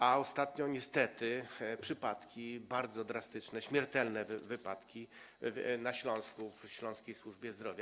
A ostatnio niestety były przypadki bardzo drastyczne, śmiertelne wypadki na Śląsku, w śląskiej służbie zdrowia.